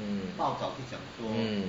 mm